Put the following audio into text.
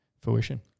fruition